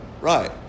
right